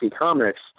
Comics